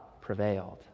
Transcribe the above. prevailed